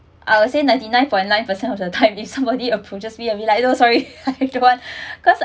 I will say ninety nine point nine percent of the time if somebody approaches me I'll be like oh sorry I don't want cause